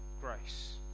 grace